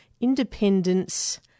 Independence